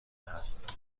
هست